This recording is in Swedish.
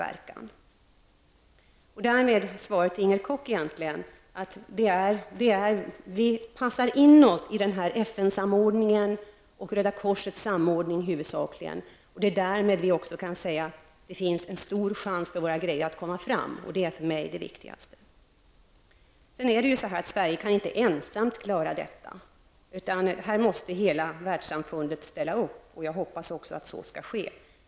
Detta var egentligen svar till Inger Koch. Vi passar in oss i FN-samordningen och i Röda korsets samordning huvudsakligen. Därmed kan vi säga att det finns en chans för att våra saker skall komma fram och det är det viktigaste för mig. Sverige kan inte ensamt klara detta, utan här måste hela världssamfundet ställa upp, och jag hoppas att så skall ske.